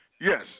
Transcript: Yes